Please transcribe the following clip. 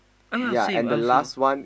oh ya same I also